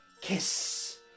Kiss